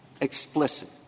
explicit